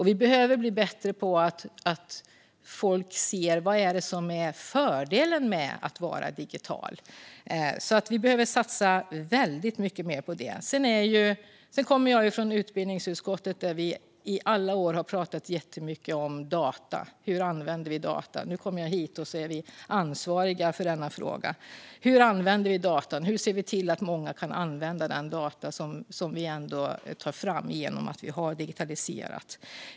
Vi behöver också bli bättre på att få folk att se fördelen med att vara digital. Vi behöver satsa väldigt mycket mer på det. Jag har tidigare suttit i utbildningsutskottet, där vi i alla år har pratat jättemycket om data och hur vi använder dem. Nu har jag kommit hit till trafikutskottet, där vi är ansvariga för denna fråga. Hur använder vi data? Hur ser vi till att många kan använda de data som vi tar fram genom att vi har digitaliserat?